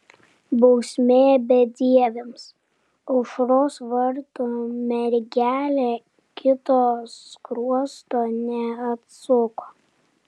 bausmė bedieviams aušros vartų mergelė kito skruosto neatsuko